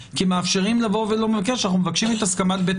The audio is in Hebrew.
כמאפשרים לבוא --- שאנחנו מבקשים את הסכמת בית